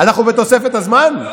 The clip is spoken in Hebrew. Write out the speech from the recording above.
אנחנו בתוספת הזמן?